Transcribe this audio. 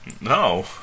No